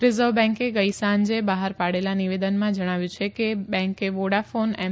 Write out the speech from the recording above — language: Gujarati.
રીઝર્વ બેંકે ગઈ સાંજે બહાર પાડેલા નિવેદનમાં જણાવ્યું છે કે બેંકે વોડાફોન એમ